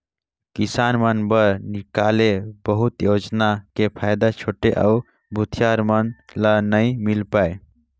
किसान मन बर निकाले बहुत योजना के फायदा छोटे अउ भूथियार मन ल नइ मिल पाये